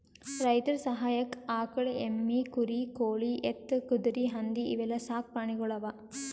ರೈತರ್ ಸಹಾಯಕ್ಕ್ ಆಕಳ್, ಎಮ್ಮಿ, ಕುರಿ, ಕೋಳಿ, ಎತ್ತ್, ಕುದರಿ, ಹಂದಿ ಇವೆಲ್ಲಾ ಸಾಕ್ ಪ್ರಾಣಿಗೊಳ್ ಅವಾ